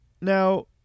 Now